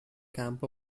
camp